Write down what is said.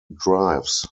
drives